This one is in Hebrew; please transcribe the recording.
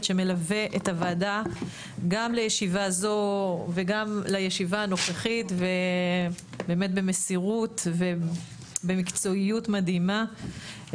שמלווה את הוועדה גם לישיבה הנוכחית באמת במסירות ובמקצועיות מדהימה,